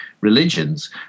religions